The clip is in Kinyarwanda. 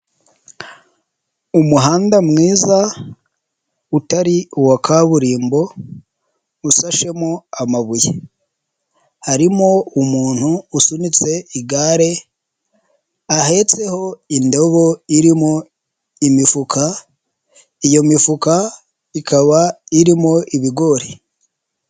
Umuhanda mwiza utari uwa kaburimbo usashemo amabuye, harimo umuntu usunitse igare ahetseho indobo irimo imifuka, iyo mifuka ikaba irimo ibigori.